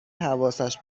حواسش